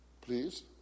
please